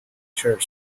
shirt